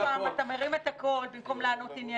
עוד פעם, אתה מרים את הקול במקום לענות עניינית.